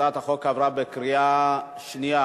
הצעת החוק עברה בקריאה שנייה.